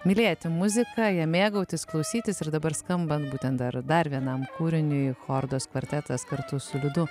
mylėti muziką ja mėgautis klausytis ir dabar skambant būtent dar dar vienam kūriniui chordos kvartetas kartu su liudu